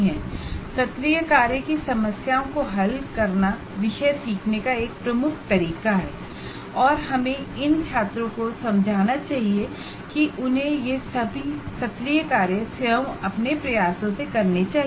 assignment problems को हल करना विषय सीखने का एक प्रमुख तरीका है और हमें यह छात्रों को समझाना चाहिए कि उन्हें यह सभी असाइनमेंट स्वयं अपने प्रयासों से करना चाहिए